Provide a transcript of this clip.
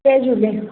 Jay Jhulelal